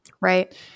right